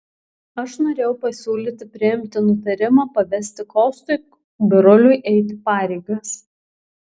aš norėjau pasiūlyti priimti nutarimą pavesti kostui biruliui eiti pareigas